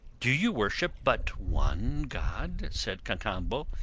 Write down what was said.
do you worship but one god? said cacambo,